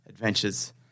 adventures